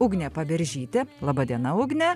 ugnė paberžytė laba diena ugne